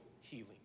healing